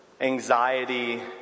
anxiety